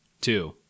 two